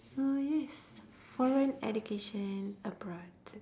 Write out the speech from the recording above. so yes foreign education abroad